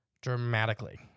dramatically